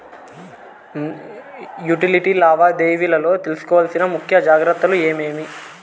Utility లావాదేవీల లో తీసుకోవాల్సిన ముఖ్య జాగ్రత్తలు ఏమేమి?